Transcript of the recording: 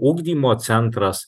ugdymo centras